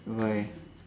why